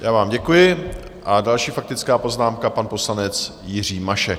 Já vám děkuji a další faktická poznámka pan poslanec Jiří Mašek.